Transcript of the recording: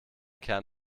kern